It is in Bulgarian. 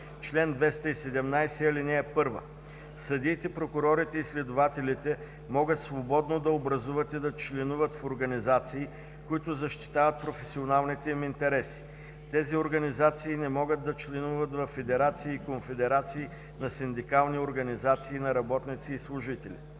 „Чл. 217. (1) Съдиите, прокурорите и следователите могат свободно да образуват и да членуват в организации, които защитават професионалните им интереси. Тези организации не могат да членуват във федерации и конфедерации на синдикални организации на работници и служители.